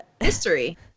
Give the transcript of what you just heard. History